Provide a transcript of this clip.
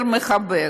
יותר מחבק.